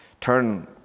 turn